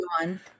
one